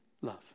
love